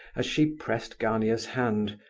as she pressed gania's hand,